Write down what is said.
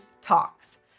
talks